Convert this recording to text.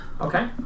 Okay